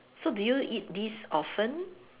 so do you eat this often